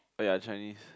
oh ya Chinese